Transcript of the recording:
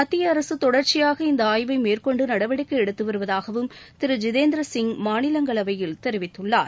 மத்திய அரசு தொடர்ச்சியாக இந்த ஆய்வை மேற்கொண்டு நடவடிக்கை எடுத்து வருவதாகவும் திரு ஜித்தேந்திர சிங் மாநிலங்களவையில் தெரிவித்துள்ளார்